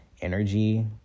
Energy